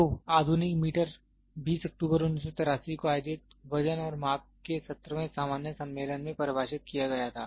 तो आधुनिक मीटर 20 अक्टूबर 1983 को आयोजित वजन और माप के 17 वें सामान्य सम्मेलन में परिभाषित किया गया था